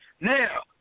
Now